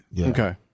Okay